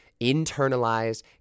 internalized